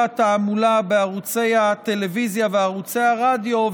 התעמולה בערוצי הטלוויזיה וערוצי הרדיו,